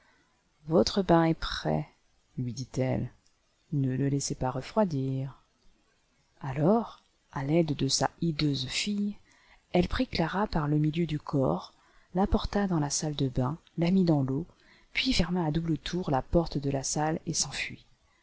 votre bain est prêt lui dit-elle ne le laissez pas refroidir alors à l'aide de sa hideuse fille elle prit clara par le milieu du corps la porta dans la salle de bains la mit dans l'eau puis ferma à double tour la porte de la salle et s'enfuit